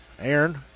Aaron